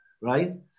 right